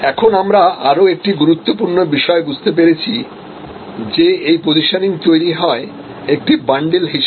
এখন আমরা আরও একটি গুরুত্বপূর্ণ বিষয় বুঝতে পেরেছি যে এই পজিশনিং তৈরি হয় একটি বান্ডিল হিসাবে